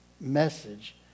message